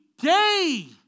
day